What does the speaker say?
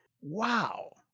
Wow